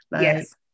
Yes